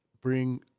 bring